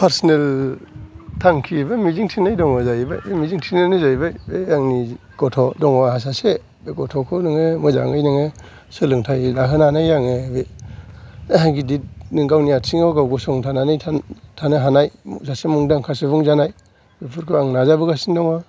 personal थांखि बा मिजिं थिनाय दङ जायैबाय बे मिजिंथिनायानो जायैबाय बे आंनि गथ' दङ आंहा सासे बे गथ'खौ नोङो मोजाङै नोङो सोलोंथाय लाहोनानै आङो गिदिर गावनि आथिं आव गाव गसंथानानै थानो हानाय सासे मुंदांखा सुबुं जानाय बेफोरखौ आं नाजाबोगासिनो दङ